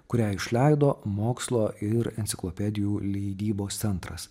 kurią išleido mokslo ir enciklopedijų leidybos centras